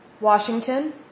Washington